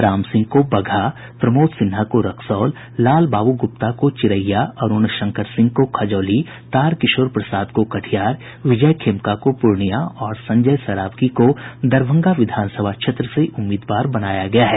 राम सिंह को बगहा प्रमोद सिन्हा को रक्सौल लाल बाबू गूप्ता को चिरैया अरूण शंकर सिंह को खजौली तारकिशोर प्रसाद को कटिहार विजय खेमका को पूर्णिया और संजय सरावगी को दरभंगा विधानसभा क्षेत्र से उम्मीदवार बनाया गया है